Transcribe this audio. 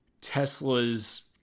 Tesla's